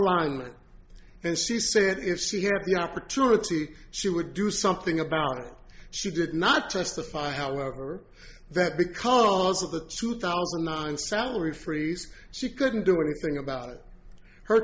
alignment and she said if she had the opportunity she would do something about it she did not testify however that because of the two thousand and nine salary freeze she couldn't do anything about it h